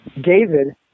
David